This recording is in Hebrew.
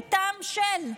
מטעם-של.